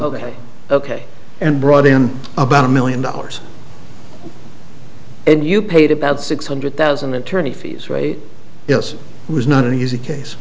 adult ok and brought in about a million dollars and you paid about six hundred thousand attorney fees right yes it was not an easy case